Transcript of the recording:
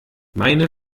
meine